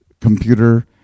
computer